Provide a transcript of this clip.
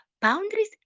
boundaries